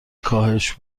کاهش